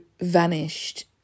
vanished